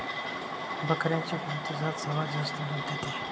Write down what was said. बकऱ्यांची कोणती जात सर्वात जास्त दूध देते?